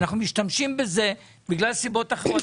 אנחנו משתמשים בזה בגלל סיבות אחרות.